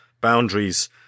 boundaries